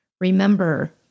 Remember